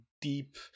deep